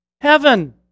Heaven